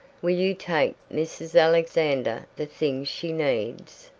will you take mrs. alexander the things she needs?